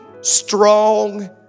strong